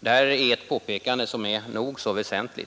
Det är ett nog så väsentligt påpekande.